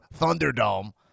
Thunderdome